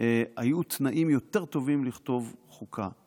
היו תנאים יותר טובים לכתוב חוקה.